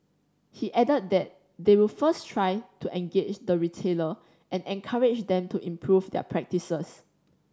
he added that they will first try to engage the retailer and encourage them to improve their practices